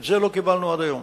את זה לא קיבלנו עד היום.